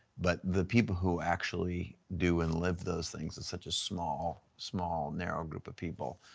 but the people who actually do and live those things is such a small, small narrow group of people.